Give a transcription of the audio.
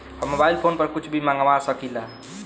हम mobile phone पर कुछ भी मंगवा सकिला?